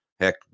heck